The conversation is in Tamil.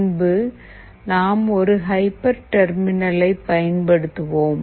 பின்பு நாம் ஒரு ஹைப்பர் டெர்மினலை பயன்படுத்துவோம்